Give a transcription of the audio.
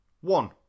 One